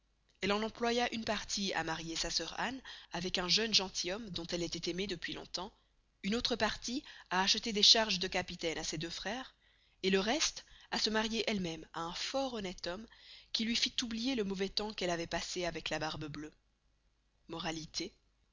elle en employa une partie à marier sa sœur anne avec un jeune gentilhomme dont elle estoit aimée depuis long-temps une autre partie à acheter des charges de capitaine à ses deux freres et le reste à se marier elle mesme à un fort honneste homme qui luy fit oublier le mauvais temps qu'elle avoit passé avec la barbe bleuë moralité